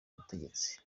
ubutegetsi